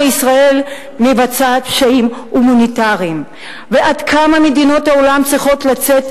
ישראל מבצעת פשעים הומניטריים ועד כמה מדינות העולם צריכות לצאת,